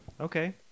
Okay